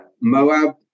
Moab